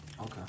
Okay